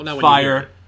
Fire